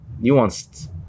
nuanced